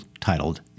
titled